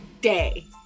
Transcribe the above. day